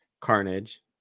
carnage